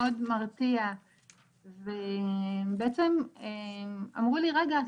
מאוד מרתיע ובעצם אמרו לי "רגע,